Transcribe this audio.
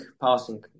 passing